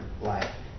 life